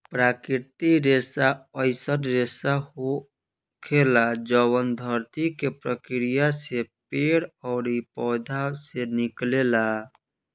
प्राकृतिक रेसा अईसन रेसा होखेला जवन धरती के प्रक्रिया से पेड़ ओरी पौधा से निकलेला